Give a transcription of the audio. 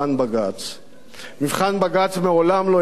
מבחן בג"ץ מעולם לא עניין אותך יתר על המידה.